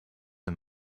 and